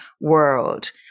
world